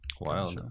wow